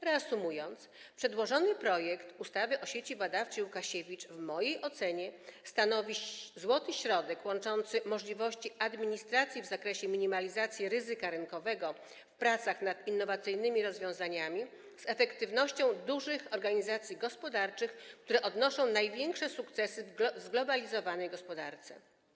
Reasumując: przedłożony projekt ustawy o Sieci Badawczej Łukasiewicz w mojej ocenie stanowi złoty środek łączący możliwości administracji w zakresie minimalizacji ryzyka rynkowego w pracach nad innowacyjnymi rozwiązaniami z efektywnością dużych organizacji gospodarczych, które odnoszą największe sukcesy w zglobalizowanej gospodarce.